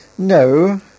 No